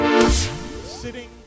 sitting